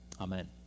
Amen